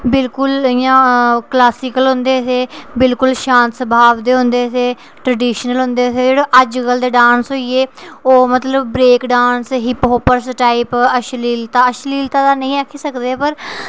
बिल्कुल इ'यां क्लासिकल होंदे हे बिल्कुल शांत स्वभाव दे होंदे हे ट्रडिशनल होंदे हे जेह्ड़े अज्जकल दे डांस होइये ओह मतलब ब्रेक डांस हिप टाइप अश्लीलता अश्लीलता ते नेईं आक्खी सकदे पर